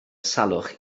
salwch